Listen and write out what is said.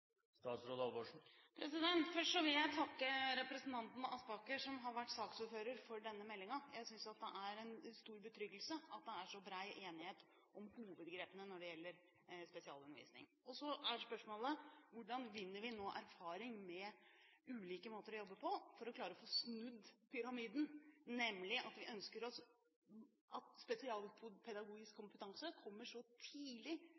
vil jeg takke representanten Aspaker, som har vært saksordfører for denne innstillingen. Jeg synes at det er en stor betryggelse at det er så bred enighet om hovedgrepene når det gjelder spesialundervisning. Så er spørsmålet: Hvordan vinner vi nå erfaring med ulike måter å jobbe på for å klare å få snudd pyramiden? Vi ønsker oss nemlig at spesialpedagogisk kompetanse kommer så tidlig